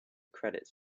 credits